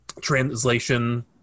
Translation